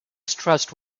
stressed